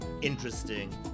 interesting